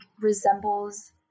resembles